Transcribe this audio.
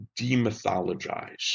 demythologize